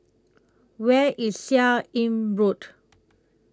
Where IS Seah Im Road